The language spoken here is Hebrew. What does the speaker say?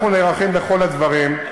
אנחנו נערכים לכל הדברים.